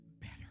better